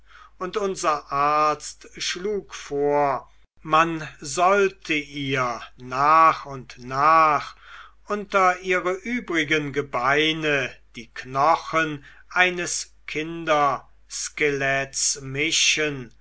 und unser arzt schlug vor man sollte ihr nach und nach unter ihre übrigen gebeine die knochen eines kinderskeletts mischen